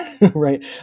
right